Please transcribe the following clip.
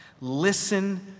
Listen